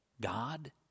God